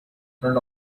front